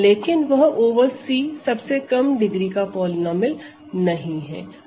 लेकिन वह over C सबसे कम डिग्री का पॉलीनोमिअल नहीं है